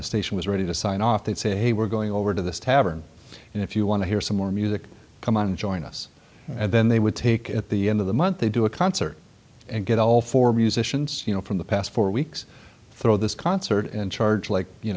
the station was ready to sign off they'd say hey we're going over to this tavern and if you want to hear some more music come out and join us and then they would take at the end of the month they do a concert and get all four musicians you know from the past four weeks throw this concert and charge like you